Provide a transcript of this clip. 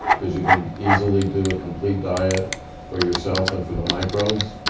because you can easily do a complete diet for yourself and for the microbes,